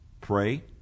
pray